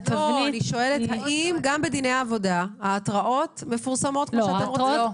אני שואלת האם גם בדיני עבודה ההתראות מפורסמות כמו שאתם רוצים.